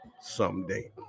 someday